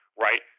Right